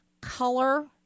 Color